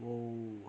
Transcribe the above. oh